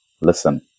listen